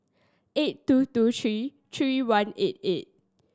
eight two two three three one eight eight